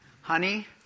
Honey